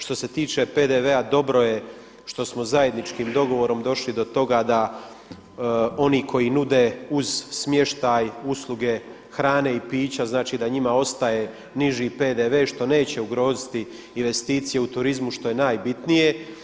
Što se tiče PDV-a dobro je što smo zajedničkim dogovorom došli do toga da oni koji nude uz smještaj usluge hrane i pića znači da njima ostaje niži PDV-e što neće ugroziti investicije u turizmu, što je najbitnije.